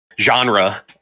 genre